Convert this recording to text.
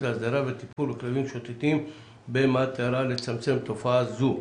להסדרה וטיפול בכלבים משוטטים במטרה לצמצם תופעה זו.